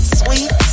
sweet